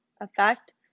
effect